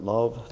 Love